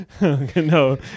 No